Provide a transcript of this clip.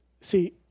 See